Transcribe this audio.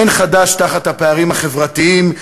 אין חדש תחת הפערים החברתיים,